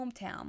hometown